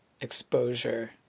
exposure